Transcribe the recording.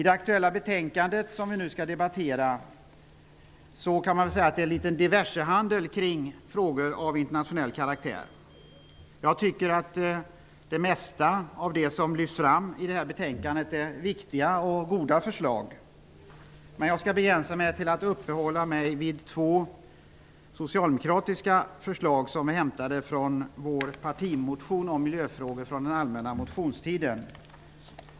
Det betänkande som vi nu skall debattera innehåller diverse frågor av internationell karaktär. Jag tycker att de flesta av de förslag som lyfts fram i detta betänkande är goda och viktiga, men jag skall begränsa mig till att beröra två socialdemokratiska förslag i vår partimotion om miljöfrågor vilken väcktes under den allmänna motionstiden.